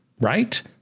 right